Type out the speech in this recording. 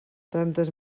tantes